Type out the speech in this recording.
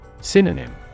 Synonym